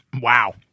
Wow